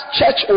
church